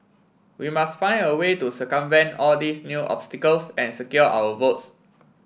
we must find a way to circumvent all these new obstacles and secure our votes